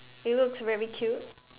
it looks very cute